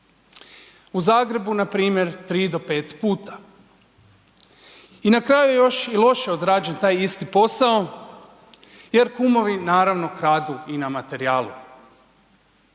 z Zagrebu na primjer tri do pet puta. I na kraju je još i loše odrađen taj isti posao jer kumovi naravno kradu i na materijalu.